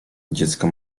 dziecko